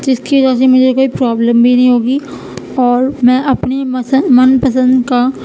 کہ اس کی وجہ سے مجھے کوئی پرابلم بھی نہیں ہوگی اور میں اپنی من پسند کا